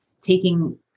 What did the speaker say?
taking